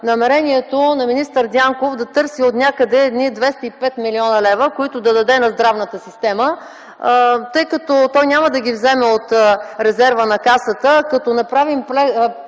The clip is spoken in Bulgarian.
намерението на министър Дянков да търси отнякъде 205 млн. лв., които да даде на здравната система. Тъй като той няма да ги вземе от резерва на Касата, като направим преглед